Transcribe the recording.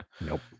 Nope